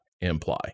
imply